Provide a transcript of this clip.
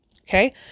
Okay